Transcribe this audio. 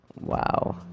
Wow